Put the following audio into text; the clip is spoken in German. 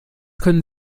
können